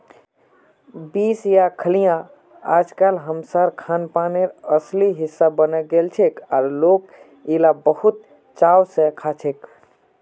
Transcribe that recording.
beans या फलियां अइजकाल हमसार खानपीनेर असली हिस्सा बने गेलछेक और लोक इला बहुत चाव स खाछेक